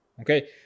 okay